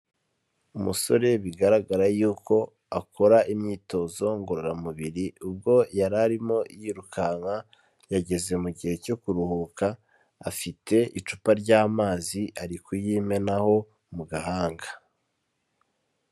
Umusore bigaragara yuko akora imyitozo ngororamubiri, ubwo yari arimo yirukanka yageze mu gihe cyo kuruhuka, afite icupa ry'amazi ari kuyimenaho mu gahanga.